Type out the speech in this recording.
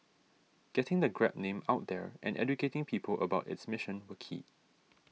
getting the Grab name out there and educating people about its mission were key